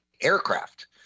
aircraft